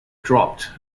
dropped